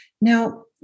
Now